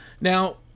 Now